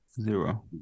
zero